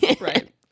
Right